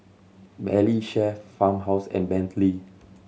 Valley Chef Farmhouse and Bentley